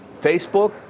Facebook